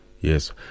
yes